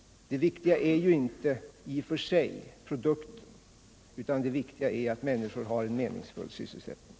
Det viktiga är inte i och för sig produkten utan det viktiga är att människor har en meningsfull sysselsättning.